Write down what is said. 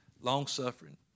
long-suffering